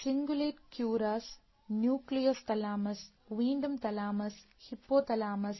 cingulate gyrus nucleolus thalamus വീണ്ടും thalamus Hippo thalamus